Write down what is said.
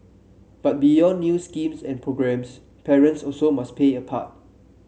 but beyond new schemes and programmes parents also must play a part